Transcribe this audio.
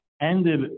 Ended